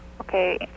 okay